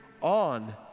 on